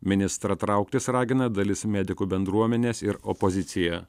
ministrą trauktis ragina dalis medikų bendruomenės ir opozicija